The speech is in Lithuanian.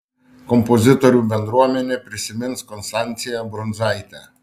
kompozitorių bendruomenė prisimins konstanciją brundzaitę